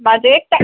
म्हाजो एक